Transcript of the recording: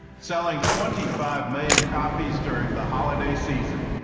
selling twenty five million copies during the holiday season.